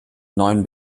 neun